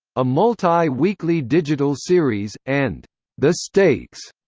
a multi-weekly digital series and the stakes,